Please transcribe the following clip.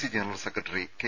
C general secretary K